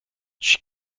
she